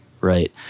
right